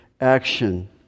action